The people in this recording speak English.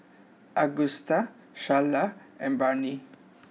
Agusta Sharla and Barnie